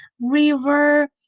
river